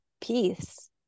peace